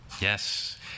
Yes